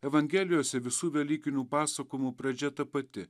evangelijose visų velykinių pasakojimų pradžia ta pati